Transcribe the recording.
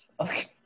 Okay